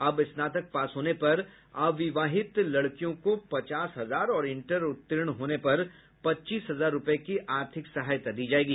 अब स्नातक पास होने पर अविवाहित लड़कियों को पचास हजार और इंटर उत्तीर्ण होने पर पच्चीस हजार रुपये की आर्थिक सहायता दी जाएगी